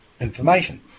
information